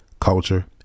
culture